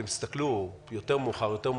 אתם תסתכלו מאוחר יותר,